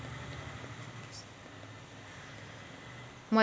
मले कर्जाचा हप्ता भरासाठी किती रूपयाची किस्त पडन?